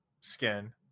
skin